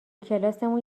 کلاسمون